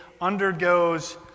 undergoes